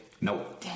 No